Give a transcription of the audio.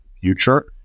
future